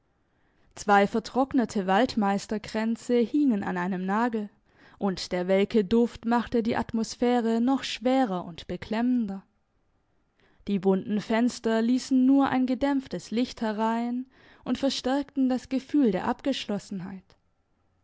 zwei vertrocknete waldmeisterkränze hingen an einem nagel und der welke duft machte die atmosphäre noch schwerer und beklemmender die bunten fenster liessen nur ein gedämpftes licht herein und verstärkten das gefühl der abgeschlossenheit